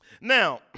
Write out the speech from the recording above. Now